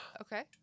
Okay